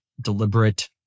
deliberate